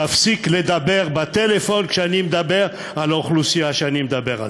תפסיק לדבר בטלפון כשאני מדבר על האוכלוסייה שאני מדבר עליה,